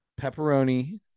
pepperoni